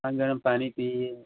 और गर्म पानी पीए